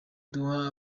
duha